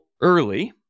early